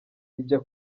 ijya